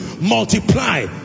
multiply